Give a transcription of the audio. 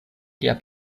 lia